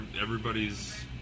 Everybody's